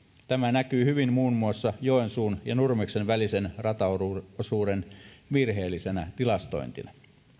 tämä näkyy hyvin muun muassa joensuun ja nurmeksen välisen rataosuuden virheellisenä tilastointina